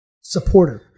supportive